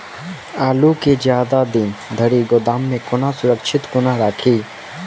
आलु केँ जियादा दिन धरि गोदाम मे कोना सुरक्षित कोना राखि?